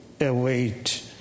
await